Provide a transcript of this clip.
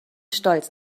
stolz